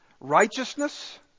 Righteousness